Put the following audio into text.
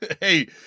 Hey